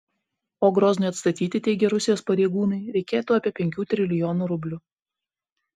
o groznui atstatyti teigia rusijos pareigūnai reikėtų apie penkių trilijonų rublių